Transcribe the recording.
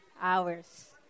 hours